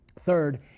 Third